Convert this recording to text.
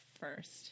first